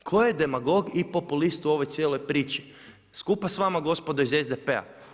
Tko je demagog i populist u ovoj cijeloj priči s kupa s vama gospodo iz SDP-a?